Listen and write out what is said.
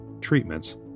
treatments